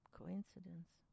coincidence